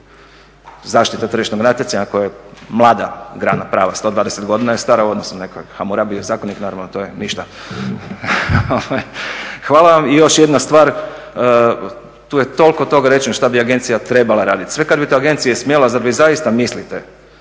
zaštita tržišnog natjecanja koja je mlada grana prava, 120 godina je stara. U odnosu na Hamurabijev zakonik naravno to je ništa. I još jedna stvar. Tu je toliko tog rečeno što bi agencija trebala radit. Sve kad bi to agencija smjela, zar vi zaista mislite